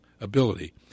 ability